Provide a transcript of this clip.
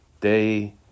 day